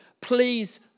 please